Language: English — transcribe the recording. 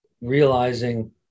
realizing